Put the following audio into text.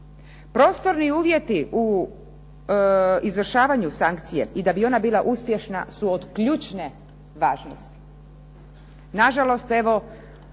Prostorni uvjeti u izvršavanju sankcije i da bi ona bila uspješna su od ključne važnost,